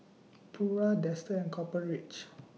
Pura Dester and Copper Ridge